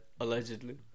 Allegedly